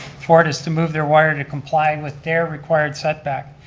fortis to move their wire to comply and with their required setback,